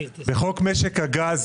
בחוק משק הגז